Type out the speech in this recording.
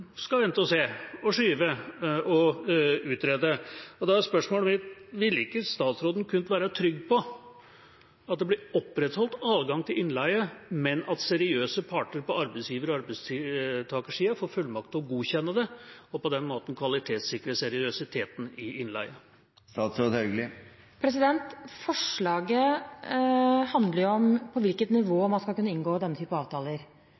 skal vente og se og skyve og utrede. Da er spørsmålet mitt: Ville ikke statsråden kunne være trygg på at det ble opprettholdt adgang til innleie, men at seriøse parter på arbeidsgiver- og arbeidstakersiden får fullmakt til å godkjenne det og på den måten kvalitetssikre seriøsiteten ved innleie? Forslaget handler om på hvilket nivå man skal kunne inngå denne type avtaler.